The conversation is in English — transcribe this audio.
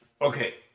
Okay